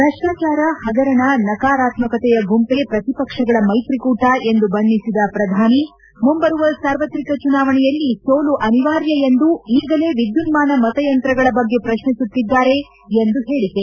ಭ್ರಷ್ಟಾಚಾರ ಹಗರಣ ಮತ್ತು ನಕಾರಾತ್ಮಕತೆಯ ಗುಂಪೇ ಪ್ರತಿಪಕ್ಷಗಳ ಮೈತ್ರಿಕೂಟ ಎಂದು ಬಣ್ಣಿಸಿದ ಪ್ರಧಾನಿ ನರೇಂದ್ರ ಮೋದಿ ಮುಂಬರುವ ಸಾರ್ವತ್ರಿಕ ಚುನಾವಣೆಯಲ್ಲಿ ಸೋಲು ಅನಿವಾರ್ಯ ಎಂದು ಈಗಲೇ ವಿದ್ಯುನ್ನಾನ ಮತಯಂತ್ರಗಳ ಬಗ್ಗೆ ಪ್ರಶ್ನಿಸುತ್ತಿದ್ದಾರೆ ಎಂದು ಹೇಳಿಕೆ